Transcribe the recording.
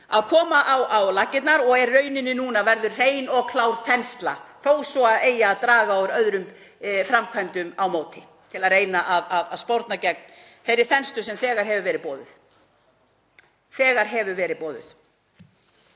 að koma á laggirnar og verður í rauninni núna hrein og klár þensla þó svo að það eigi að draga úr öðrum framkvæmdum á móti til að reyna að sporna gegn þeirri þenslu sem þegar hefur verið boðuð.